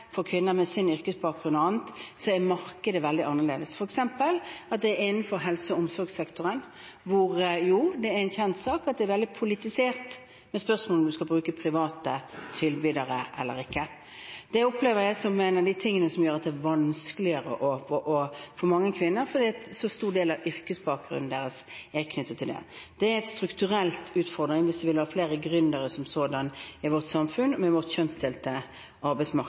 er markedet veldig annerledes. Det gjelder f.eks. innenfor helse- og omsorgssektoren, hvor det er en kjent sak at spørsmålet om man skal bruke private tilbydere eller ikke, er veldig politisert. Det opplever jeg som noe av det som gjør at det er vanskeligere for mange kvinner, fordi en så stor del av yrkesbakgrunnen deres er knyttet til det. Det er en strukturell utfordring hvis man vil ha flere gründere i vårt samfunn, med vårt kjønnsdelte arbeidsmarked.